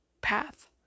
path